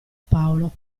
paolo